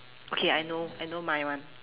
okay I know I know my one